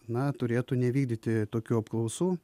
na turėtų nevykdyti tokių apklausų